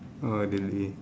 oh I